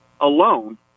alone